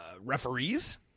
referees